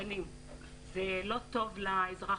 הרישיונות הנדרשים לאותו פול של דאז,